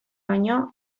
baino